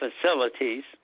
facilities